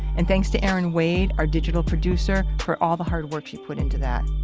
and thanks to erin wade, our digital producer, for all the hard work she put into that.